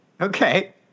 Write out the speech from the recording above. Okay